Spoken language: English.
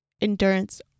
endurance